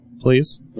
please